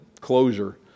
closure